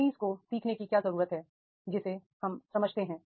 trainees को सीखने की क्या जरूरत है जिसे हम समझते हैं